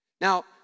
Now